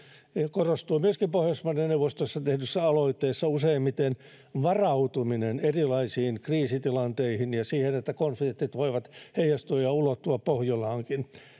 korostuu myöskin pohjoismaiden neuvostossa tehdyissä aloitteissa useimmiten varautuminen erilaisiin kriisitilanteisiin ja siihen että konfliktit voivat heijastua ja ulottua pohjolaankin